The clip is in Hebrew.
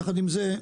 יחד עם זה,